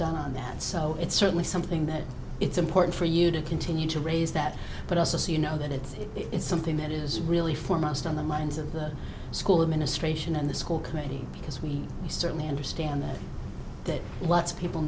done on that so it's certainly something that it's important for you to continue to raise that but also see you know that it is something that is really foremost on the minds of the school administration and the school community because we certainly understand that lots of people